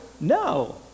No